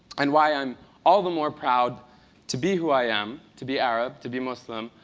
and why i'm all the more proud to be who i am, to be arab, to be muslim,